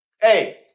Hey